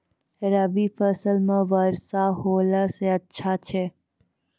रवी फसल म वर्षा होला से अच्छा छै?